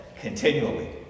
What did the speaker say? continually